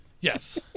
Yes